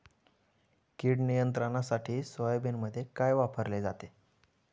कीड नियंत्रणासाठी सोयाबीनमध्ये काय वापरले जाते?